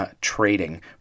trading